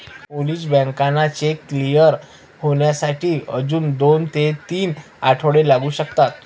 Polish बँकांना cheque clear होण्यासाठी अजून दोन ते तीन आठवडे लागू शकतात